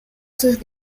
sus